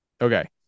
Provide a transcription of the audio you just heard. Okay